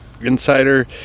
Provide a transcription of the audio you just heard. Insider